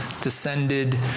descended